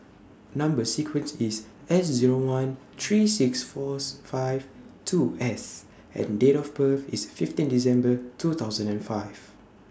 Number sequence IS S Zero one three six Fourth five two S and Date of birth IS fifteen December two thousand and five